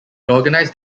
organized